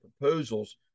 proposals